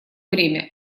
время